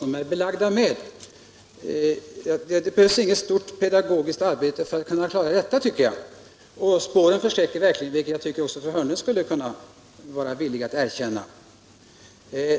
Det behövs, enligt min mening, inte något stort pedagogiskt arbete för att inse detta. Spåren förskräcker verkligen, vilket jag tycker att även fru Hörnlund skulle vara villig att erkänna.